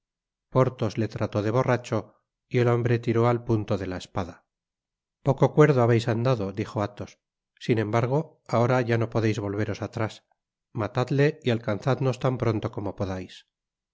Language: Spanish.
porthos le trató de borracho y el hombre tiró al punto de la espada i poco cuerdo habeis andado dijo athos sin embargo ahora ya no podeis yoi veros atrás matadle y alcanzadnos tan pronto como podate